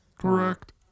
Correct